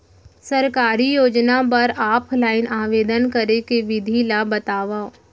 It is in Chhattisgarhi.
सरकारी योजना बर ऑफलाइन आवेदन करे के विधि ला बतावव